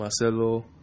Marcelo